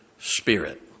Spirit